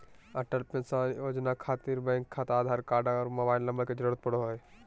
Atal pension योजना खातिर bank खाता आधार कार्ड आर मोबाइल नम्बर के जरूरत परो हय